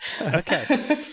Okay